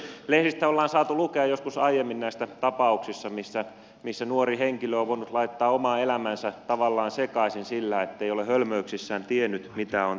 lehdistä ollaan saatu lukea joskus aiemmin näistä tapauksista missä nuori henkilö on voinut laittaa oman elämänsä tavallaan sekaisin sillä ettei ole hölmöyksissään tiennyt mitä on tehnyt